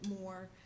more